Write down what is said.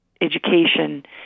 education